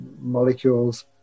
molecules